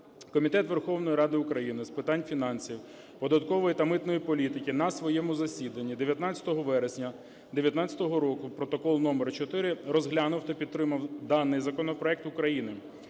Комітет Верховної Ради України з питань фінансів, податкової та митної політики на своєму засіданні 19 вересня 19-го року (протокол номер 4) розглянув та підтримав даний законопроект України.